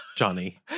Johnny